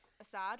Assad